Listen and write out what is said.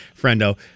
friendo